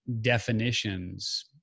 definitions